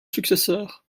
successeur